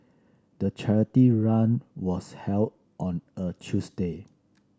the charity run was held on a Tuesday